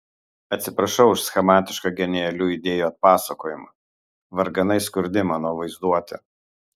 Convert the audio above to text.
atsiprašau už schematišką genialių idėjų atpasakojimą varganai skurdi mano vaizduotė